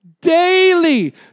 Daily